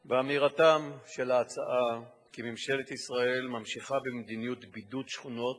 באמירתם כי ממשלת ישראל ממשיכה במדיניות בידוד שכונות